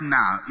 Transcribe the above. now